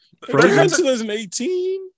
2018